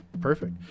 perfect